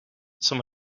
some